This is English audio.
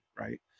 right